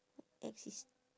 X is